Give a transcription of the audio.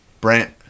Brent